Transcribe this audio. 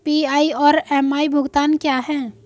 PI और M I भुगतान क्या हैं?